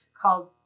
called